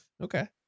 okay